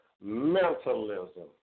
mentalism